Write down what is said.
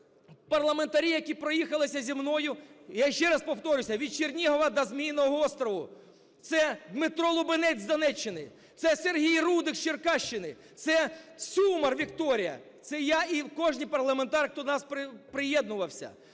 парламентарі, які проїхалися зі мною, я ще раз повторюся від Чернігова до Зміїного острову, це Дмитро Лубінець з Донеччини, це Сергій Рудик з Черкащини, це Сюмар Вікторія, це я і кожний парламентар, хто до нас приєднувався.